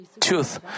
truth